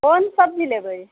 कोन सब्जी लेबै